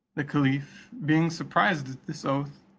the caliph being surprised at this oath,